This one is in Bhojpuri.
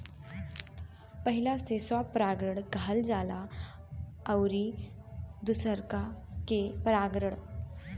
पहिला से स्वपरागण कहल जाला अउरी दुसरका के परपरागण